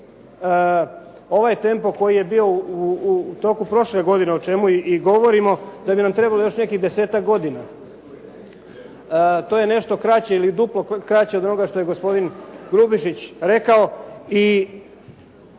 ovaj tempo koji je bio u toku prošle godine, o čemu i govorimo da bi nam trebalo još nekih 10-ak godina. To je nešto kraće ili duplo kraće od onoga što je gospodin Grubišić rekao